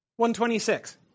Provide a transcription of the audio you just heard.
126